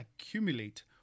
accumulate